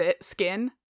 skin